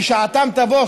ששעתם תבוא,